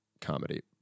comedy